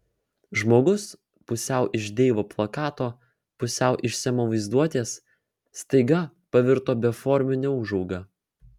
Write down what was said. žmogus pusiau iš deivo plakato pusiau iš semo vaizduotės staiga pavirto beformiu neūžauga